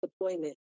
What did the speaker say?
deployment